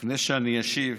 לפני שאני אשיב